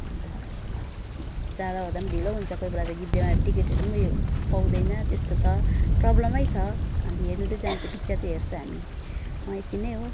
अन्त जाँदा ओर्दा पनि ढिलो हुन्छ कोही बेला त गिद्देमा टिकटहरू पनि उयो पाउँदैन त्यस्तो छ प्रब्लमै छ अन्त हेर्नु त जान्छु पिक्चर त हेर्छु हामी यति नै हो